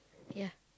ya